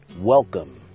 Welcome